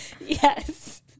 Yes